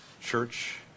church